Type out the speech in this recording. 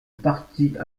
partit